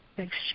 Thanks